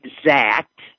exact